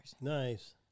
Nice